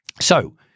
So-